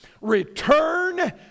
Return